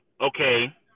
okay